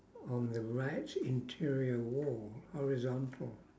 on the right interior wall horizontal